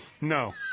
No